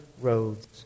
roads